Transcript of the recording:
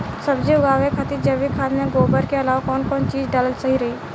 सब्जी उगावे खातिर जैविक खाद मे गोबर के अलाव कौन कौन चीज़ डालल सही रही?